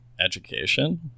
education